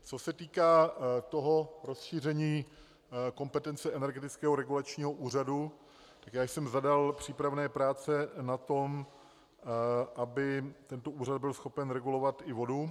Co se týká rozšíření kompetence Energetického regulačního úřadu, já jsem zadal přípravné práce na tom, aby tento úřad byl schopen regulovat i vodu.